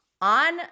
on